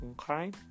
Okay